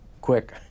quick